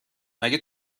مگه